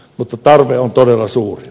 mutta tarve on todella suuri